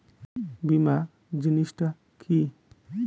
বীমা জিনিস টা কি?